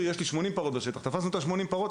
שיש לו 80 פרות בשטח ואחריו שתפסנו את 80 הפרות,